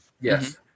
Yes